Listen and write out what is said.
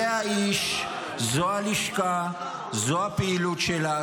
זה האיש, זו הלשכה, זו הפעילות שלה.